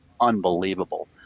unbelievable